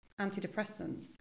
antidepressants